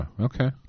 okay